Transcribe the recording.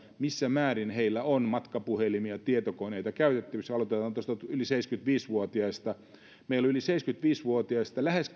missä määrin heillä on matkapuhelimia ja tietokoneita käytettävissään aloitetaan yli seitsemänkymmentäviisi vuotiaista yli seitsemänkymmentäviisi vuotiaista lähes